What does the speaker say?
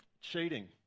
cheating